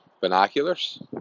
binoculars